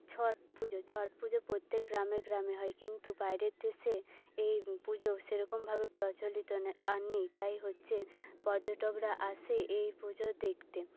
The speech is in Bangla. ছটপুজো ছটপুজো প্রত্যেক গ্রামে গ্রামে হয় কিন্তু বাইরের দেশে এই পুজো সেরকমভাবে প্রচলিত না নেই তাই হচ্ছে পর্যটকরা আসে এই পুজো দেখতে